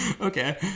Okay